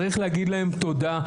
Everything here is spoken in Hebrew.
צריך להגיד להם תודה.